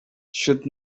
should